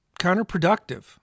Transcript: counterproductive